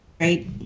Right